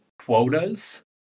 quotas